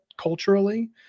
culturally